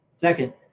Second